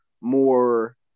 more